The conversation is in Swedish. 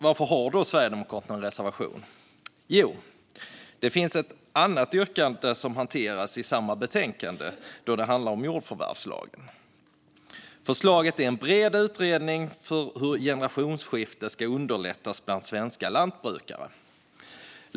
Varför har då Sverigedemokraterna en reservation? Jo, för att det finns ett annat yrkande som hanteras i samma betänkande om jordförvärvslagen. Förslaget är en bred utredning av hur generationsskiften kan underlättas bland svenska lantbrukare.